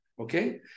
okay